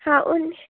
हँ उन्नी